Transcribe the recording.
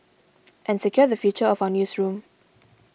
and secure the future of our newsroom